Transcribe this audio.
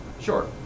sure